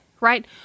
right